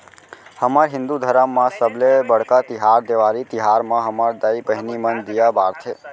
हमर हिंदू धरम म सबले बड़का तिहार देवारी तिहार म हमर दाई बहिनी मन दीया बारथे